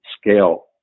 scale